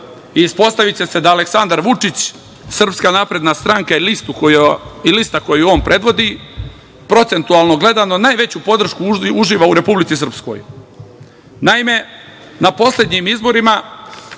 i ispostaviće se da Aleksandar Vučić, SNS i lista koju on predvodi, procentualno gledano, najveću podršku uživa u Republici Srpskoj. Naime, na poslednjim izborima